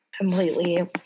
completely